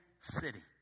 city